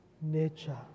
Nature